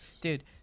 Dude